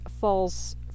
falls